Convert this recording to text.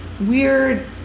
weird